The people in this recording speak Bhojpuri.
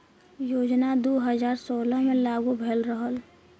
योजना दू हज़ार सोलह मे लागू भयल रहल